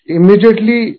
immediately